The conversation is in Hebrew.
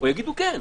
או יגידו כן.